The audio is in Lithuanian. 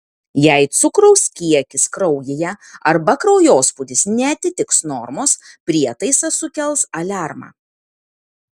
jei cukraus kiekis kraujyje arba kraujospūdis neatitiks normos prietaisas sukels aliarmą